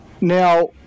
Now